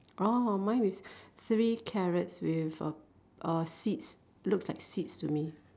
oh mine is three carrots with uh uh seeds looks like seeds to me